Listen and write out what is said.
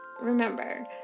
Remember